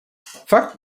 fakt